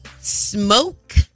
Smoke